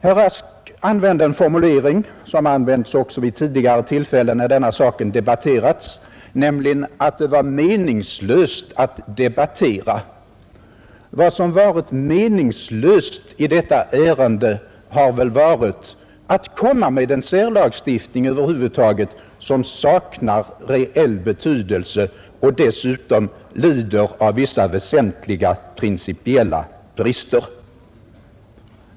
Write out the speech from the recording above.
Herr Rask begagnade en formulering som använts också vid tidigare tillfällen när denna sak diskuterats, nämligen att det var meningslöst att debattera. Vad som varit meningslöst i detta ärende har väl varit att över huvud taget komma med en särlagstiftning, som saknar reell betydelse och som dessutom lider av väsentliga principiella brister.